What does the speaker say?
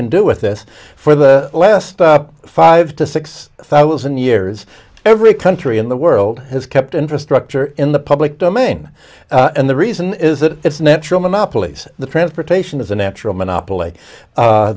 can do with this for the last stop five to six thousand years every country in the world has kept infrastructure in the public domain and the reason is that it's natural monopolies the transportation is a natural monopoly